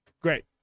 Great